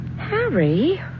Harry